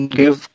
give